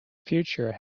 future